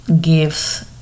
gives